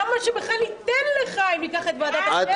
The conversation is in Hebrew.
למה שבכלל ניתן לך אם ניקח את ועדת הכנסת?